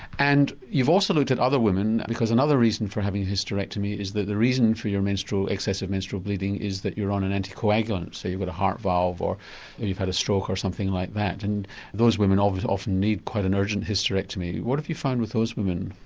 and you've also looked at other women because another reason for having a hysterectomy is that the reason for your excessive menstrual bleeding is that you're on an anti-coagulant so you've got a heart valve or you've had a stroke or something like that and those women often often need quite an urgent hysterectomy. what have you found with those women?